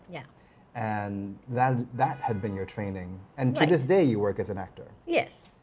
yeah and that that had been your training. and to this day you work as an actor yes